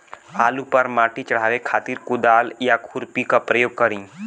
आलू पर माटी चढ़ावे खातिर कुदाल या खुरपी के प्रयोग करी?